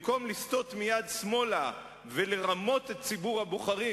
במקום לסטות מייד שמאלה ולרמות את ציבור הבוחרים,